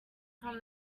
from